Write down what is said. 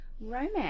romance